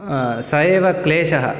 स एव क्लेशः